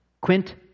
Quint